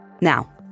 Now